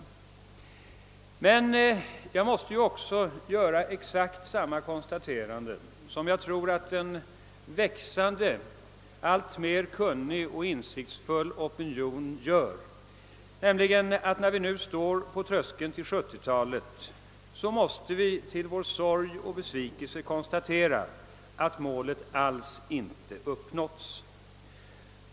Men jag måste också göra exakt samma konstaterande som jag tror att en växande, alltmer kunnig och insiktsfull opinion gör, nämligen att när vi nu står på tröskeln till 1970-talet måste vi till vår sorg och besvikelse konstatera att målet inte alls har uppnåtts.